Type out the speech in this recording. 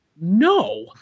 no